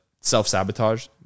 self-sabotage